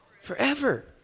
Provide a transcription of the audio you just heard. Forever